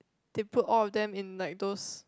to put all of them in like those